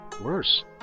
Worse